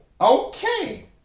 Okay